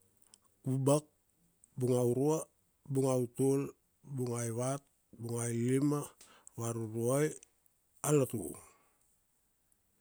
Kubak, bung aurua, bung autul, bung aivat, bung ailima, varuruai, alotu.